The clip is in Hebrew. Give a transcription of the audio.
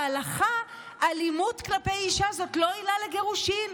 בהלכה אלימות כלפי אישה היא לא עילה לגירושין.